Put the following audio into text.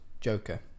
Joker